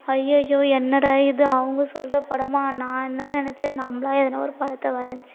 அய்யையோ என்னடா இது அவங்க சொல்கிறப்படமா நான் என்ன நினச்சேன் நம்மளா எதுனா ஒரு படத்தை வரைஞ்சி